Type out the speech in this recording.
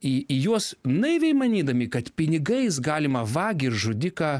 į į juos naiviai manydami kad pinigais galima vagį ir žudiką